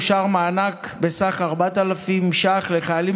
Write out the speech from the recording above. אושר מענק בסך 4,000 ש"ח לחיילים